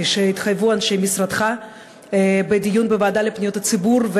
כפי שהתחייבו אנשי משרדך בדיון בוועדה לפניות הציבור?